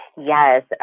Yes